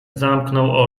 zamknął